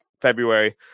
february